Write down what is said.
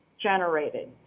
generated